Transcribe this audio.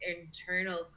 internal